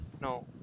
No